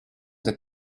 the